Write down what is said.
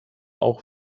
auch